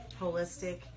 holistic